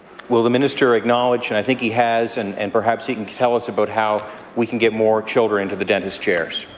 will the minister acknowledge, and i think he has, and and perhaps he can tell us about how we can get more children into the dentist chairs.